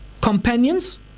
companions